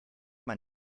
man